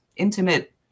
intimate